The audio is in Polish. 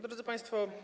Drodzy Państwo!